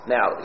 Now